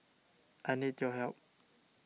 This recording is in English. I need your help